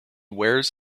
wears